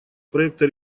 проекта